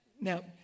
Now